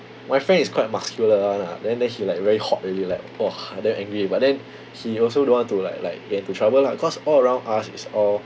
my friend is quite muscular [one] lah then then he like very hot already like !wah! damn angry already but then he also don't want to like like get into trouble lah cause all around us is all